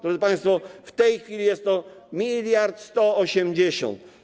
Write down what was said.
Drodzy państwo, w tej chwili jest to miliard 180.